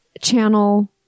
Channel